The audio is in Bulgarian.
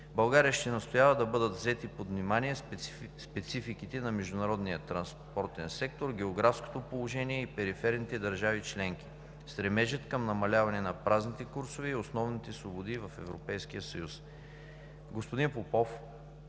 България ще настоява да бъдат взети под внимание спецификите на международния транспортен сектор, географското положение на периферните държави членки, стремежът към намаляване на празните курсове и основните свободи в Европейския съюз. Господин Попов